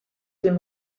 dem